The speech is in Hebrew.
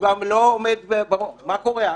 מה קורה אז?